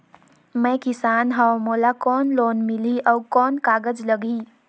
मैं किसान हव मोला कौन लोन मिलही? अउ कौन कागज लगही?